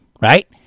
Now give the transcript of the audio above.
right